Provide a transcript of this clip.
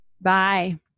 Bye